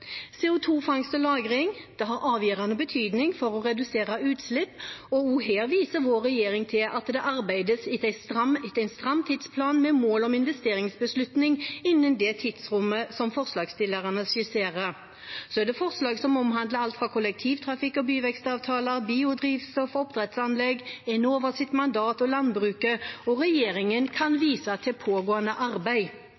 har avgjørende betydning for å redusere utslipp, og også her viser vår regjering til at det arbeides etter en stram tidsplan med mål om investeringsbeslutning innen det tidsrommet som forslagsstillerne skisserer. Så er det forslag som omhandler alt fra kollektivtrafikk og byvekstavtaler, biodrivstoff og oppdrettsanlegg til Enovas mandat og landbruket, hvor regjeringen kan